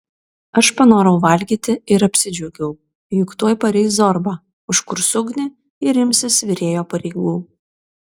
aš panorau valgyti ir apsidžiaugiau juk tuoj pareis zorba užkurs ugnį ir imsis virėjo pareigų